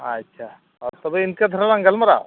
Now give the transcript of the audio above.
ᱟᱪᱪᱷᱟ ᱛᱚᱵᱮ ᱤᱱᱠᱟᱹ ᱫᱷᱟᱨᱟ ᱞᱟᱝ ᱜᱟᱞᱢᱟᱨᱟᱣᱟ